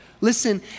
listen